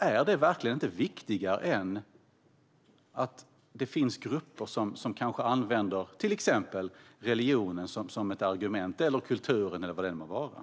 Är det verkligen inte viktigare än att det finns grupper som kanske använder till exempel religionen, kulturen eller vad det än må vara som argument?